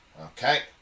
Okay